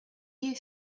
you